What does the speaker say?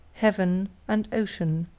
heaven and ocean.